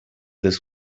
this